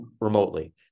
remotely